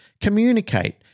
Communicate